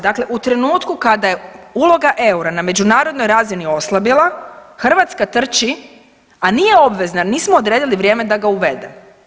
Dakle, u trenutku kada je uloga eura na međunarodnoj razini oslabila, Hrvatska trči, a nije obvezna, nismo odredili vrijeme da ga uvede.